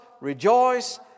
rejoice